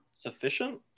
sufficient